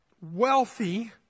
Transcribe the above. wealthy